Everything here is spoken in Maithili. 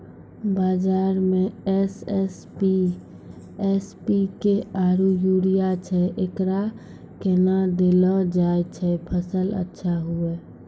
बाजार मे एस.एस.पी, एम.पी.के आरु यूरिया छैय, एकरा कैना देलल जाय कि फसल अच्छा हुये?